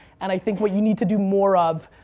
and i think what you need to do more of,